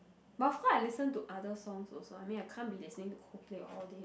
but of course I listen to other songs also I mean I can't be listening to Coldplay all day